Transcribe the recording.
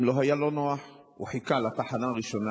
אם לא היה לו נוח, הוא חיכה לתחנה הראשונה,